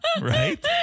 Right